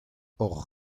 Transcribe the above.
hor